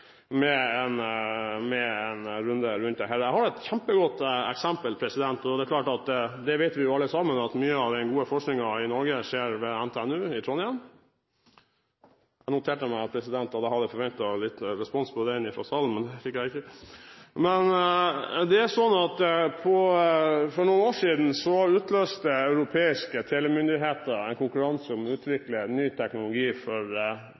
med en runde om det hele. Jeg har et kjempegodt eksempel: Vi vet jo alle sammen at mye av den gode forskningen i Norge skjer ved NTNU i Trondheim. – Jeg hadde forventet litt respons på den fra salen, men det fikk jeg ikke! For noen år siden utlyste europeiske telemyndigheter en konkurranse om